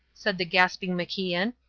said the gasping macian.